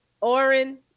Oren